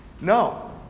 No